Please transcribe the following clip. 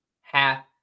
half